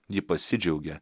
ji pasidžiaugė